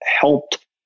helped